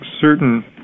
certain